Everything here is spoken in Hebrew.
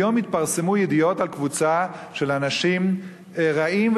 היום התפרסמו ידיעות על קבוצה של אנשים רעים,